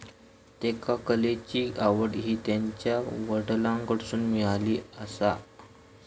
त्येका कलेची आवड हि त्यांच्या वडलांकडसून मिळाली आसा